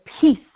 peace